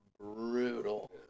brutal